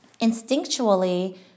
instinctually